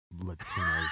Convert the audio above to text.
Latinos